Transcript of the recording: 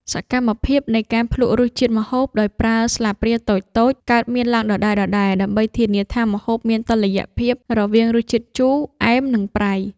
សកម្មភាពនៃការភ្លក្សរសជាតិម្ហូបដោយប្រើស្លាបព្រាតូចៗ កើតមានឡើងដដែលៗដើម្បីធានាថាម្ហូបមានតុល្យភាពរវាងរសជាតិជូរ អែម និងប្រៃ។